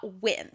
wins